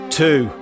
two